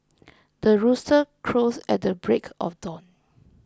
the rooster crows at the break of dawn